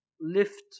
lift